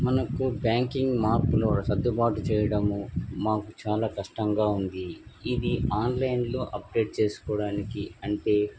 మనకు బ్యాంకింగ్ మార్పులు సర్దుబాటు చేయడము మాకు చాలా కష్టంగా ఉంది ఇది ఆన్లైన్లో అప్డేట్ చేసుకోడానికి అంటే